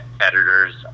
editors